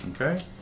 Okay